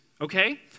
okay